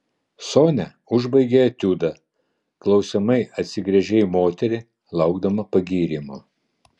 sonia užbaigė etiudą klausiamai atsigręžė į moterį laukdama pagyrimo